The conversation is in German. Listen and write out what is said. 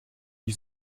die